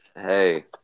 Hey